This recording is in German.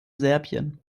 serbien